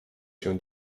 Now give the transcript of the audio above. się